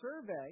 survey